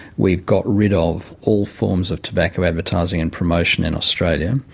we've got rid of all forms of tobacco advertising and promotion in australia.